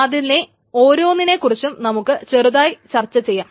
അതിനെ ഓരോന്നിനെ കുറിച്ചും നമുക്ക് ചെറുതായി ചർച്ച ചെയ്യാം